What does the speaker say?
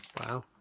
Wow